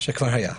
זה כבר היה.